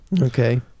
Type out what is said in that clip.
Okay